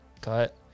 cut